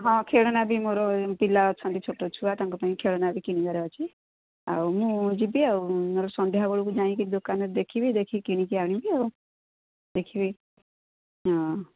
ହଁ ଖେଳନା ବି ମୋର ପିଲା ଅଛନ୍ତି ଛୋଟ ଛୁଆ ତାଙ୍କ ପାଇଁ ଖେଳନା ବି କିଣିବାର ଅଛି ଆଉ ମୁଁ ଯିବି ଆଉ ମୋର ସନ୍ଧ୍ୟାବେଳକୁ ଯାଇଁକି ଦୋକାନରେ ଦେଖିବି ଦେଖିକି କିଣିକି ଆଣିବି ଆଉ ଦେଖିବି ହଁ